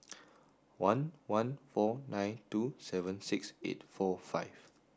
one one four nine two seven six eight four five